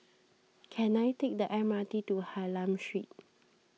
can I take the M R T to Hylam Street